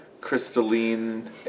crystalline